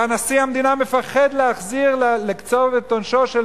ונשיא המדינה מפחד לקצוב את עונשו של